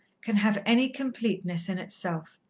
can have any completeness in itself.